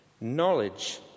knowledge